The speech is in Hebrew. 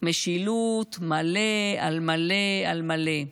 משילות מלא על מלא על מלא,